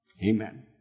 Amen